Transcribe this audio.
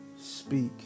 speak